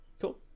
Cool